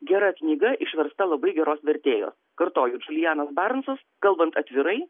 gera knyga išversta labai geros vertėjos kartoju džulianas barnsas kalbant atvirai